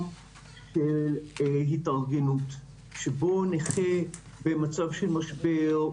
של התארגנות שבו נכה במצב של משבר,